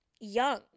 young